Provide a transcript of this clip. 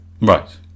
right